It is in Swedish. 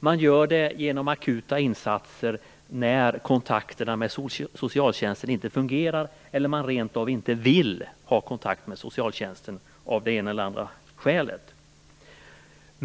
Det handlar om akuta insatser när kontakterna med socialtjänsten inte fungerar eller de hjälpbehövande av det ena eller andra skälet rent av inte vill ha kontakt med socialtjänsten.